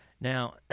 Now